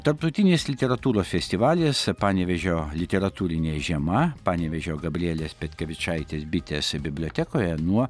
tarptautinės literatūros festivalis panevėžio literatūrinė žiema panevėžio gabrielės petkevičaitės bitės bibliotekoje nuo